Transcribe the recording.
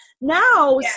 Now